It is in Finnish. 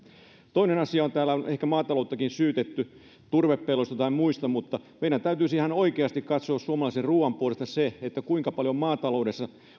toinen asia on kun täällä ehkä maatalouttakin on syytetty turvepelloista tai muista mutta meidän täytyisi ihan oikeasti katsoa suomalaisen ruuan puolesta se kuinka paljon maataloudessa